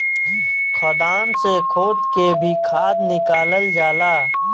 खदान से खोद के भी खाद निकालल जाला